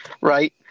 Right